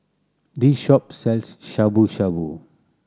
this shop sells Shabu Shabu